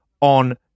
on